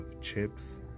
chips